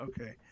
Okay